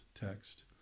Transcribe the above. text